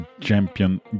champion